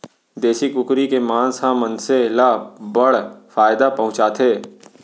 देसी कुकरी के मांस ह मनसे ल बड़ फायदा पहुंचाथे